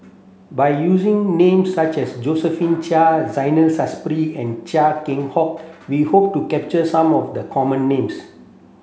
by using names such as Josephine Chia Zainal Sapari and Chia Keng Hock we hope to capture some of the common names